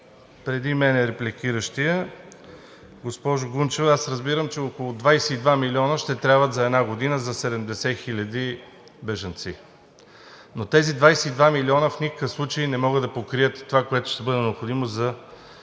преди мен репликиращия, госпожо Гунчева, аз разбирам, че около 22 милиона ще трябват за една година за 70 000 бежанци. Но тези 22 милиона в никакъв случай не могат да покрият това, което ще бъде необходимо за